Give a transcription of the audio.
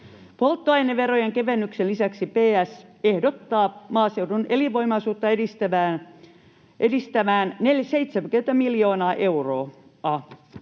Polttoaineverojen kevennyksen lisäksi PS ehdottaa maaseudun elinvoimaisuutta edistämään 70:tä miljoonaa euroa.